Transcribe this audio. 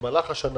שבמהלך השנה